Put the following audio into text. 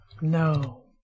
No